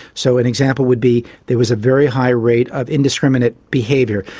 so an example would be there was a very high rate of indiscriminate behaviour.